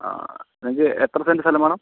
ആ അഞ്ച് എത്ര സെൻറ്റ് സ്ഥലം വേണം